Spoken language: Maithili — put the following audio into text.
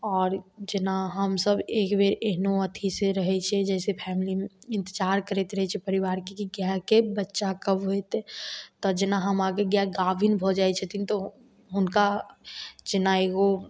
आओर जेना हमसभ एकबेर एहनो अथी से रहै छियै जाहिसऽ फैमिली इन्तजार करैत रहै छै परिवारके कि अहाँके बच्चा कब होइतै तऽ जेना हम अहाँके गै गाभिन भऽ जाइ छथिन तऽ हुनका जेनाए ओ